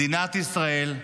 מדינת ישראל,